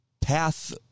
Path